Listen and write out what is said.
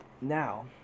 Now